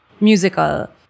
Musical